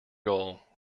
goal